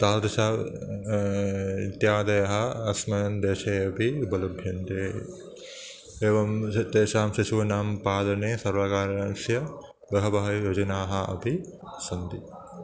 तादृश इत्यादयः अस्मकं देशे अपि उपलभ्यन्ते एवं च तेषां शिशूनां पालने सर्वकारास्य बहवः योजनाः अपि सन्ति